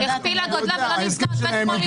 הכפילה גודלה ולא נבנה עוד בית חולים אחד.